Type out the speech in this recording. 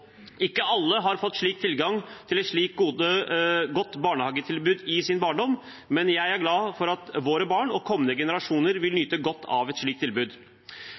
Ikke alle har fått tilgang til et slikt godt barnehagetilbud i sin barndom, men jeg er glad for at våre barn og kommende generasjoner vil nyte godt av et slikt tilbud.